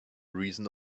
reason